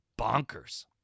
bonkers